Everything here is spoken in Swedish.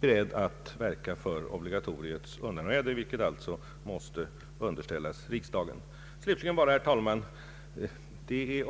själv verka för obligatoriets undanröjande, en fråga som måste underställas riksdagen. Slutligen, herr talman, ett par ord om en annan sak.